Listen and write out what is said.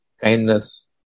kindness